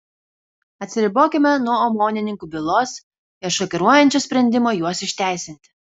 atsiribokime nuo omonininkų bylos ir šokiruojančio sprendimo juos išteisinti